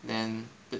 then